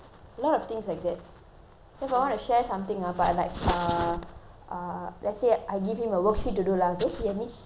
so if I want to share something ah about like uh uh let's say I give him a worksheet to do lah okay he needs to lift it up and show it to the camera